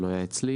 שלא היה אצלי.